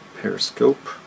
periscope